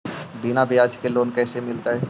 बिना ब्याज के लोन कैसे मिलतै?